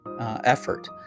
effort